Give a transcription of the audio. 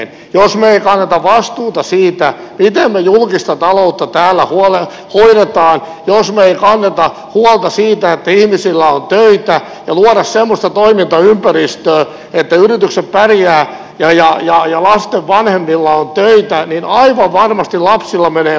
jos me emme kanna vastuuta siitä miten me julkista taloutta täällä hoidamme jos me emme kanna huolta siitä että ihmisillä on töitä ja luo semmoista toimintaympäristöä että yritykset pärjäävät ja lasten vanhemmilla on töitä niin aivan varmasti lapsilla menee huonosti